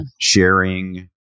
sharing